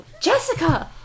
Jessica